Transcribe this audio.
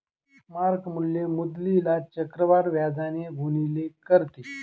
mark मूल्य मुद्दलीला चक्रवाढ व्याजाने गुणिले करते